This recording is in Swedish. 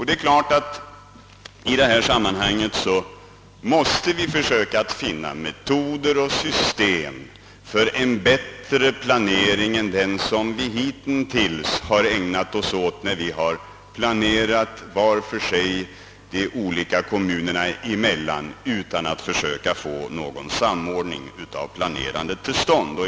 Det är klart att vi måste försöka att finna metoder och system för en bättre planering än den hittillsvarande då man planerat var för sig och utan försök att få en samordning till stånd.